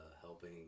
helping